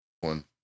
One